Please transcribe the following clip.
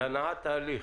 להנעת התהליך.